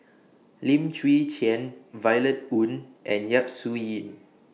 Lim Chwee Chian Violet Oon and Yap Su Yin